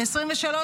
ב-2023,